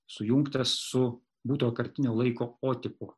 sujungtas su būtojo kartinio laiko o tipo